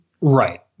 Right